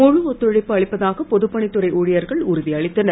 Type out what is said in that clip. முழு ஒத்துழைப்பு அளிப்பதாக பொதுப் பணித்துறை ஊழியர்கள் உறுதி அளித்தனர்